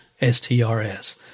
S-T-R-S